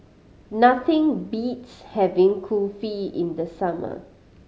nothing beats having Kulfi in the summer